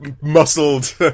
muscled